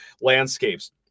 landscapes